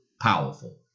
Powerful